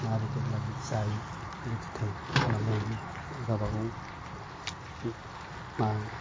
माबादि गायो जायो थायो खालामनानै गावबा गाव